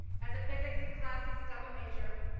as a physics and classics double major,